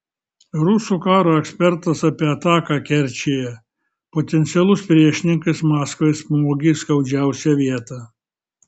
rusų karo ekspertas apie ataką kerčėje potencialus priešininkas maskvai smogė į skaudžiausią vietą